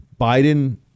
biden